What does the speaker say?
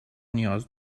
نیاز